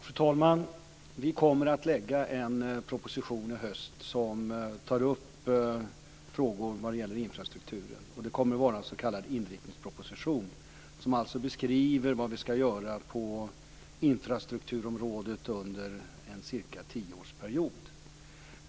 Fru talman! I höst kommer vi att lägga fram en proposition där infrastrukturfrågor tas upp. Det blir en s.k. inriktningsproposition som beskriver vad vi ska göra på infrastrukturområdet under en period av cirka tio år.